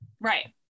Right